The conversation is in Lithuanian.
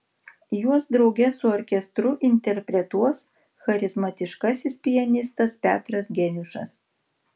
juos drauge su orkestru interpretuos charizmatiškasis pianistas petras geniušas